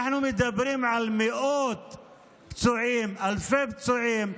אנחנו מדברים על מאות פצועים, אלפי פצועים.